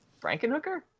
Frankenhooker